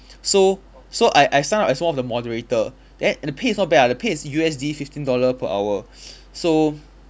so so I I sign up as one of the moderator then the pay is not bad ah the pay is U_S_D fifteen dollar per hour so